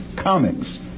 Comics